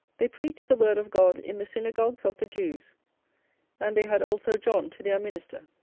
they preached the word of god in the synagogues of the jews and they had also john to their minister.